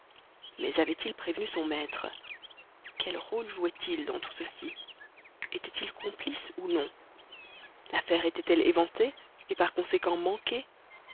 mais avait-il prévenu son maître quel rôle jouait il dans tout ceci était-il complice ou non l'affaire était-elle éventée et par conséquent manquée